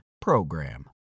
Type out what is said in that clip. PROGRAM